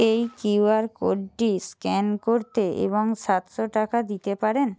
এই কিউআর কোডটি স্ক্যান করতে এবং সাতশো টাকা দিতে পারেন